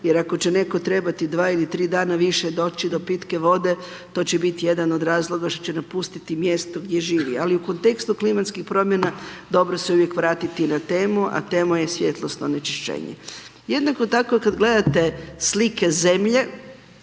jer ako će netko trebati dva ili tri dana više doći do pitke vode, to će biti jedan od razloga što će napustiti mjesto gdje živi. Ali u kontekstu klimatskih promjena, dobro se uvijek vratiti na temu, a tema je svjetlosno onečišćenje. Jednako tako kad gledate slike zemlje